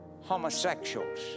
homosexuals